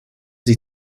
sie